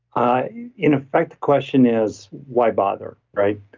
ah in effect, the question is why bother, right?